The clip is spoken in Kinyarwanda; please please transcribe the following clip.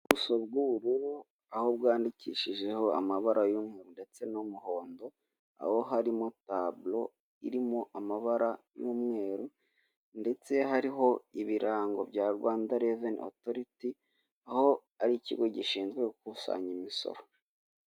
Ubuso bw'ubururu aho bwandikishijeho amabara y'umweru ndetse n'umuhondo, aho harimo tabulo irimo amabara y'umweru ndetse hariho ibirango bya Rwanda revenu autority, aho ari ikigo gishinzwe gukusanya imisoro.